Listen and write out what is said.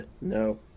no